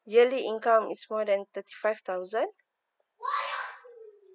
yearly income is more than thirty five thousand